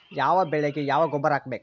ಯಾವ ಬೆಳಿಗೆ ಯಾವ ಗೊಬ್ಬರ ಹಾಕ್ಬೇಕ್?